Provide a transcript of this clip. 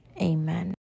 amen